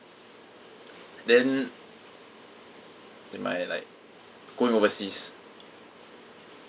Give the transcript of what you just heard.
then in my like going overseas